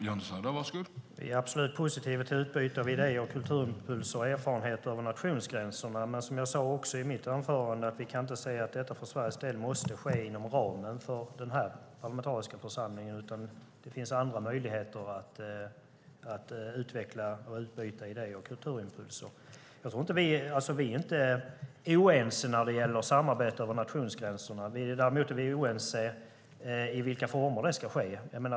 Herr talman! Vi är absolut positiva till utbyte av idéer, kulturimpulser och erfarenheter över nationsgränserna, men som jag sade i mitt anförande kan vi inte se att detta för Sveriges del måste ske inom ramen för den här parlamentariska församlingen. Det finns andra möjligheter att utveckla och utbyta idéer och kulturimpulser. Vi är inte oense när det gäller samarbete över nationsgränserna. Däremot är vi oense om i vilka former det ska ske.